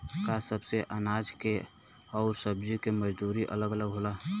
का सबे अनाज के अउर सब्ज़ी के मजदूरी अलग अलग होला?